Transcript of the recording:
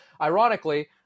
ironically